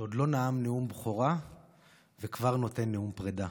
שעוד לא נאם נאום בכורה וכבר נותן נאום פרידה.